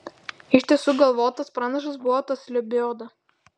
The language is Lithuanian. iš tiesų galvotas pranašas buvo tas lebioda